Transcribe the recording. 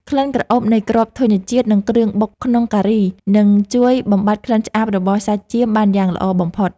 ក្លិនក្រអូបនៃគ្រាប់ធញ្ញជាតិនិងគ្រឿងបុកក្នុងការីនឹងជួយបំបាត់ក្លិនឆ្អាបរបស់សាច់ចៀមបានយ៉ាងល្អបំផុត។